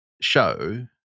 show